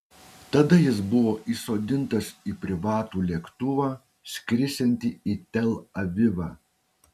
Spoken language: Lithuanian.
tada jis buvo įsodintas į privatų lėktuvą skrisiantį į tel avivą